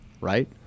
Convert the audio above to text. right